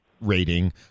rating